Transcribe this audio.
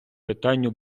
питанню